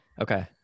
Okay